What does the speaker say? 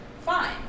fine